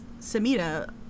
Samita